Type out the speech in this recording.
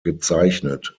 gezeichnet